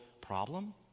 problem